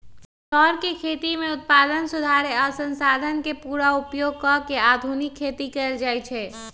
चौर के खेती में उत्पादन सुधारे आ संसाधन के पुरा उपयोग क के आधुनिक खेती कएल जाए छै